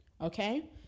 okay